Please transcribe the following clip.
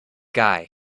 guy